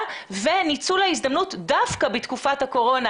וניצול ההזדמנות של משרד הבריאות דווקא בתקופת הקורונה,